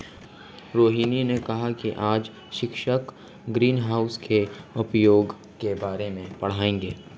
रोहिनी ने कहा कि आज शिक्षक ग्रीनहाउस के उपयोग के बारे में पढ़ाएंगे